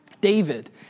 David